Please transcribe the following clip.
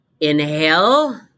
Inhale